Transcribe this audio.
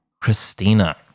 Christina